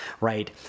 right